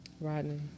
Rodney